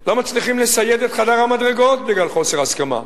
לא מצליחים לסייד את חדר המדרגות בגלל חוסר הסכמה,